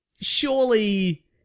surely